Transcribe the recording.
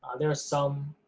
there are some